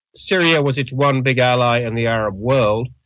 syria was its one big ally in the arab world.